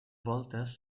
voltes